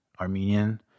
Armenian